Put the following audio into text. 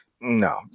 No